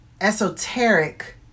esoteric